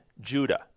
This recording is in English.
Judah